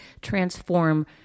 transform